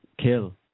kill